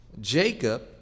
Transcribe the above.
Jacob